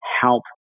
help